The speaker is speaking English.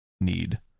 need